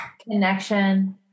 connection